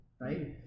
Right